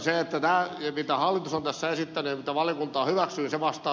se mitä hallitus on tässä esittänyt tavalla mutta hyväksyisi vasta